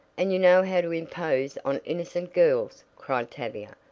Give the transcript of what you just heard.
and you know how to impose on innocent girls, cried tavia,